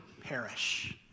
perish